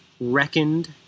reckoned